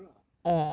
it's not gerald ah